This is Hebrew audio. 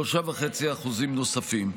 3.5% נוספים.